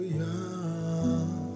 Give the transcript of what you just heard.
young